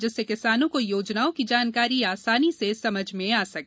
जिससे किसानों को योजनाओं की जानकारी आसानी से समझ में आ सके